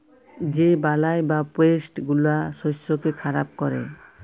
যে বালাই বা পেস্ট গুলা শস্যকে খারাপ ক্যরে